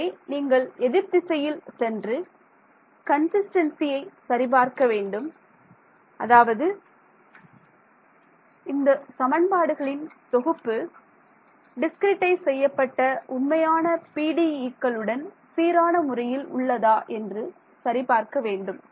ஆகவே நீங்கள் எதிர்த் திசையில் சென்று கன்சிஸ்டன்ஸியை சரி பார்க்க வேண்டும் அதாவது இந்த சமன்பாடுகளின் தொகுப்பு டிஸ்கிரிட்டைஸ் செய்யப்பட்ட உண்மையான PDE க்களுடன் சீரான முறையில் உள்ளதா என்று சரி பார்க்க வேண்டும்